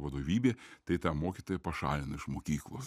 vadovybė tai tą mokytoją pašalino iš mokyklos